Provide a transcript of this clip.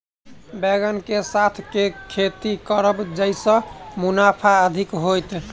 बैंगन कऽ साथ केँ खेती करब जयसँ मुनाफा अधिक हेतइ?